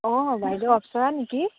অঁ বাইদেউ অপ্সৰা নেকি